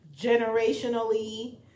generationally